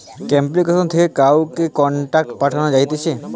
application থেকে কাউকে contact পাঠানো যাতিছে